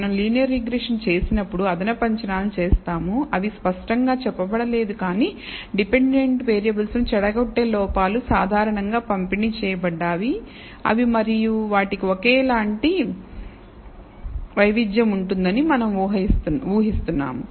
మనం linear regression చేసినప్పుడు అదనపు అంచనాలను చేసాము అవి స్పష్టంగా చెప్పబడలేదు కానీ డిపెండెంట్ వేరియబుల్స్ ను చెడగొట్టే లోపాలు సాధారణంగా పంపిణీ చేయబడ్డాయి అని మరియు వాటికి ఒకేలాంటి వైవిధ్యం ఉంటుందని మనం ఊహఇస్తున్నాము